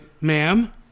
ma'am